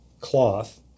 cloth